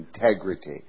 integrity